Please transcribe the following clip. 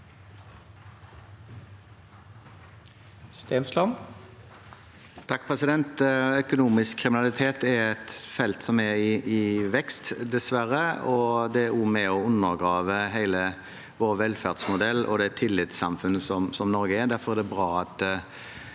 Økonomisk kri- minalitet er et felt som er i vekst, dessverre, og det er også med på å undergrave hele vår velferdsmodell og det tillitssamfunnet som Norge er.